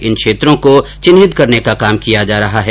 इन क्षेत्रों को चिन्हित करने का काम किया जा रहा है